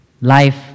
life